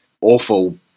awful